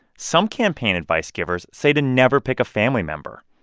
some campaign advice givers say to never pick a family member.